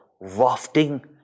wafting